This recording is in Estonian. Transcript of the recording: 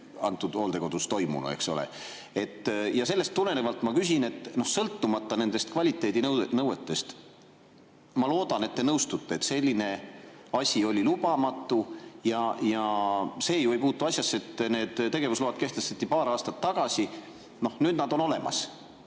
antud hooldekodus toimunu oleks vastanud, eks ole. Sellest tulenevalt ma küsin. Sõltumata nendest kvaliteedinõuetest, ma loodan, et te nõustute, et selline asi on lubamatu. See ju ei puutu asjasse, et need tegevusload kehtestati paar aastat tagasi. Nüüd on nad olemas